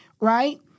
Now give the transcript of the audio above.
Right